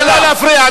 נא לא להפריע.